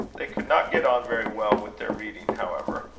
they could not get on very well with their reading, however.